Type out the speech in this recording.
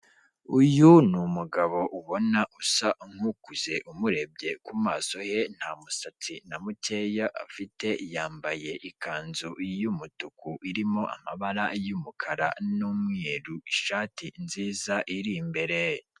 Uyu ni umugabo ubona usa nk'ukuze umurebye ku maso ye nta musatsi na mukeya afite, yambaye ikanzu y'umutuku irimo amabara y'umukara n'umweru, ishati nziza iri imbere.